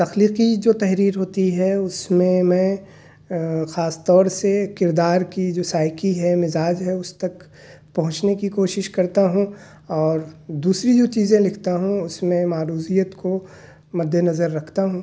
تخلیقی جو تحریر ہوتی ہے اس میں میں خاص طور سے کردار کی جو سائکی ہے مزاج ہے اس تک پہنچنے کی کوشش کرتا ہوں اور دوسری جو چیزیں لکھتا ہوں اس میں معروضیت کو مد نظر رکھتا ہوں